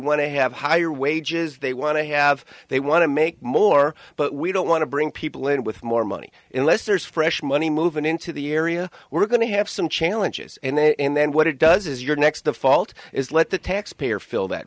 want to have higher wages they want to have they want to make more but we don't want to bring people in with more money unless there's fresh money moving into the area we're going to have some challenges and then what it does is your next the fault is let the taxpayer fill that